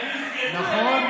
הם יסגדו לביבי --- נכון.